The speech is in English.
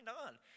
on